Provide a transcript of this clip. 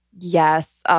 Yes